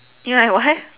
ya why